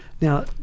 Now